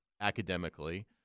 academically